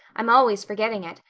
i'm always forgetting it.